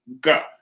go